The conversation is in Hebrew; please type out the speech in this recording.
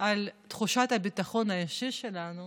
על תחושת הביטחון האישי שלנו